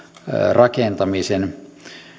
rakentamisen